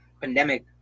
pandemic